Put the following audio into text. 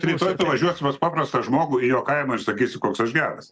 rytoj važiuosime pas paprastą žmogų į jo kaimą ir sakysi koks aš geras